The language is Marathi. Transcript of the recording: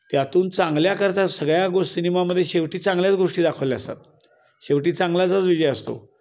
त्यातून चांगल्याकरता सगळ्या गो सिनेमामध्ये शेवटी चांगल्याच गोष्टी दाखवलल्या असतात शेवटी चांगल्याचाच विजय असतो